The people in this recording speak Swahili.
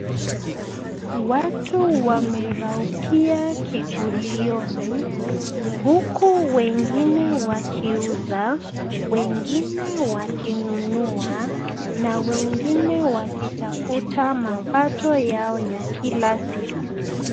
Watu wameraukia kigulioni; huku wengine wakiuza, wengine wakinunua na wengine wakitafuta mapato yao ya kila siku.